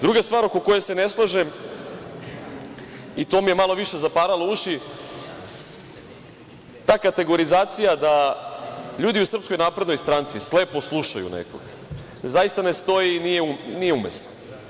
Druga stvar oko koje se ne slažem i to mi je malo više zaparalo uši, ta kategorizacija da ljudi u SNS slepo slušaju nekog, zaista ne stoji i nije umesna.